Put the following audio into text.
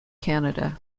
canada